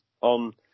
on